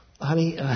honey